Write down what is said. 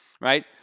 right